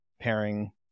pairing